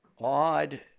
odd